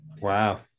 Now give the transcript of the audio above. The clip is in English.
Wow